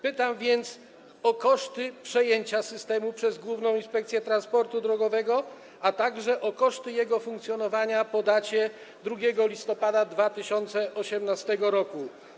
Pytam więc o koszty przejęcia systemu przez Główną Inspekcję Transportu Drogowego, a także o koszty jego funkcjonowania po dniu 2 listopada 2018 r.